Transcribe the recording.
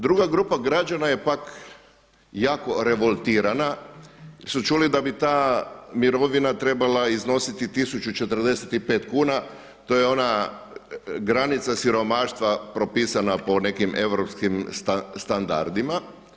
Druga grupa građana je pak jako revoltirana, jer su čuli da bi ta mirovina trebala iznositi 1045 kuna, to je ona granica siromaštva propisan po nekim europskim standardima.